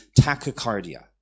tachycardia